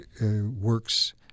works